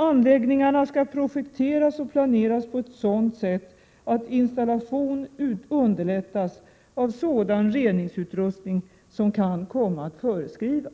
Anläggningarna skall projekteras och planeras på ett sådant sätt att installation underlättas av sådan reningsutrustning som kan komma att föreskrivas.